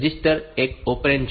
તેથી રજિસ્ટર એક ઓપરેન્ડ છે